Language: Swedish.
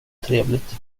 trevligt